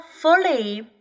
fully